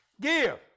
Give